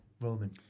Roman